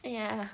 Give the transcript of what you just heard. yeah